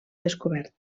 descobert